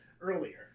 earlier